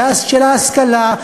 של ההשכלה,